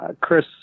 Chris